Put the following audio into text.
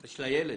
בסדר.